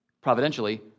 providentially